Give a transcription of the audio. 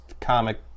comic